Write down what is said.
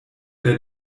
der